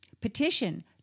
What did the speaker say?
Petition